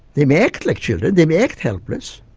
they may act like children, they may act helpless,